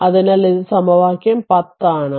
അതിനാൽ ഇത് സമവാക്യം 10 ആണ്